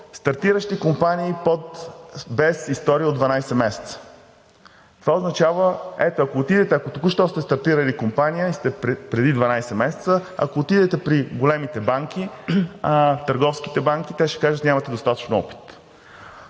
стартиращи компании без история от 12 месеца. Ето, ако току-що сте стартирали компания – преди 12 месеца, ако отидете при големите банки, търговските банки, те ще Ви кажат: нямате достатъчно опит.